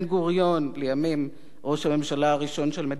לימים ראש הממשלה הראשון של מדינת ישראל,